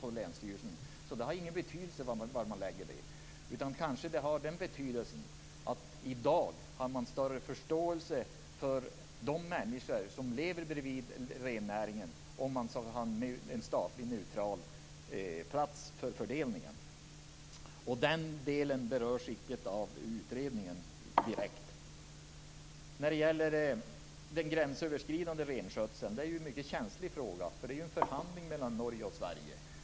Det har alltså ingen betydelse var detta läggs, utom kanske i den mån att man i dag har större förståelse för de människor som lever bredvid rennäringen om man har en statlig och neutral plats för fördelningen. Denna del berörs icke direkt av utredningen. Den gränsöverskridande renskötseln är en mycket känslig fråga. Det handlar om en förhandling mellan Norge och Sverige.